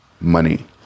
money